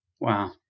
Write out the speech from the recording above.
Wow